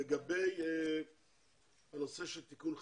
לגבי הנושא של תיקון חקיקה.